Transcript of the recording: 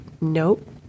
Nope